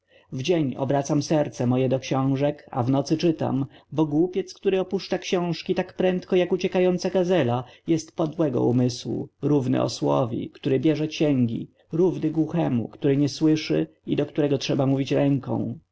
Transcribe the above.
w dzień obracam serce moje do książek a w nocy czytam bo głupiec który opuszcza książki tak prędko jak uciekająca gazella jest podłego umysłu równy osłowi który bierze cięgi równy głuchemu który nie słyszy i do którego trzeba mówić ręką